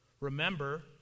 remember